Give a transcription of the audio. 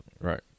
Right